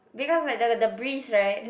because like the the breeze right